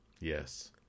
Yes